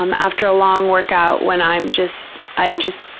um after a long workout when i'm just, i've just,